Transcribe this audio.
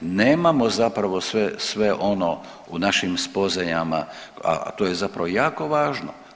Nemamo zapravo sve ono u našim spoznajama, a to je zapravo jako važno.